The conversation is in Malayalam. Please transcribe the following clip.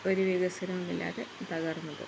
ഒരു വികസനവും ഇല്ലാതെ തകരുന്നത്